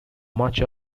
much